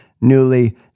Newly